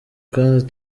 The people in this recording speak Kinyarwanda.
kandi